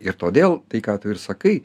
ir todėl tai ką tu ir sakai